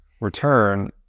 return